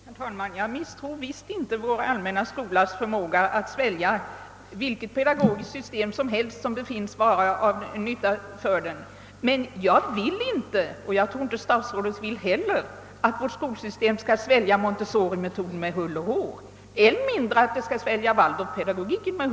Herr talman! Jag misstror inte alls vår allmänna skolas förmåga att svälja vilket pedagogiskt system som helst som kan vara till nytta för den. Men jag vill inte — och jag tror inte att statsrådet vill det heller — att vårt skolsystem skall svälja montessorimetoden med hull och hår, än mindre att den skall svälja waldorfpedagogiken.